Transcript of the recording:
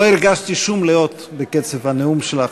לא הרגשתי שום לאות בקצב הנאום שלך.